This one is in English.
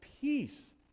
peace